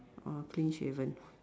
oh clean shaven